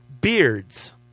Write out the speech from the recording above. Beards